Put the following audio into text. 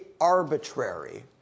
arbitrary